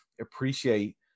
appreciate